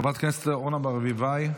חברת הכנסת אורנה ברביבאי,